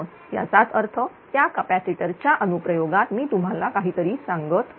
याचाच अर्थ त्या कॅपॅसिटर च्या अनु प्रयोगात मी तुम्हाला काही तरी सांगत होतो